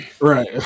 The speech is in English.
Right